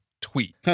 tweet